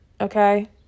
okay